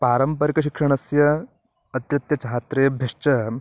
पारम्परिकशिक्षणस्य अत्रत्यछात्रेभ्यश्च